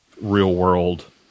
real-world